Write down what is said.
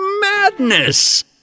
madness